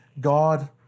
God